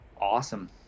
Awesome